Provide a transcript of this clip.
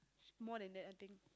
more than that I think